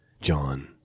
John